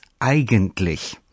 eigentlich